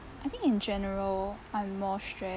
I think in general I'm more stressed